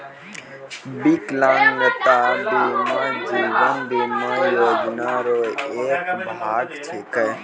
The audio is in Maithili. बिकलांगता बीमा जीवन बीमा योजना रो एक भाग छिकै